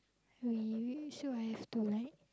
we sure have to like